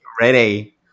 ready